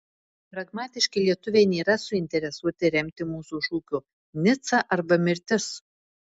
pragmatiški lietuviai nėra suinteresuoti remti mūsų šūkio nica arba mirtis